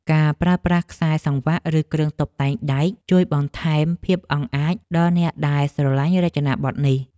ការប្រើប្រាស់ខ្សែសង្វាក់ ឬគ្រឿងតុបតែងដែក ជួយបន្ថែមភាពអង់អាចដល់អ្នកដែលស្រឡាញ់រចនាប័ទ្មនេះ។